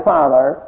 Father